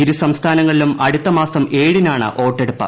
ഇരു സംസ്ഥാനങ്ങളിലും ആടുത്ത മാസം ഏഴിനാണ് വോട്ടെടുപ്പ്